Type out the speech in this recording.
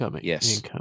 Yes